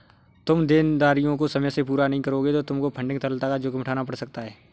तुम देनदारियों को समय से पूरा नहीं करोगे तो तुमको फंडिंग तरलता का जोखिम उठाना पड़ सकता है